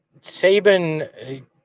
Saban –